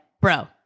bro